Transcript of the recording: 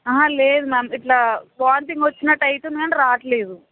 లేదు మ్యామ్ ఇట్లా వామిటింగ్ వచ్చినట్టు అవుతుంది కానీ రావట్లేదు